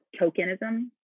tokenism